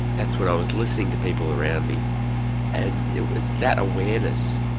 that's when i was listening to people around me and it was that awareness,